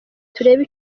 turebe